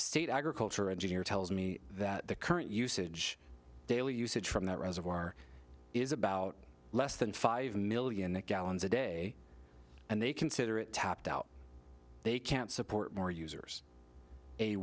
state agriculture engineer tells me that the current usage daily usage from that reservoir is about less than five million gallons a day and they consider it tapped out they can't support more users a